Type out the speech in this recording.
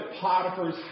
Potiphar's